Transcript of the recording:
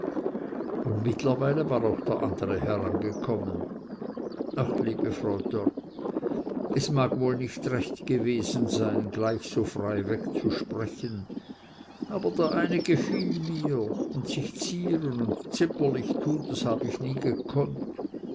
und mittlerweile war auch der andre herangekommen ach liebe frau dörr es mag wohl nicht recht gewesen sein gleich so freiweg zu sprechen aber der eine gefiel mir und sich zieren und zimperlich tun das hab ich nie gekonnt